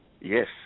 Yes